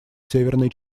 северной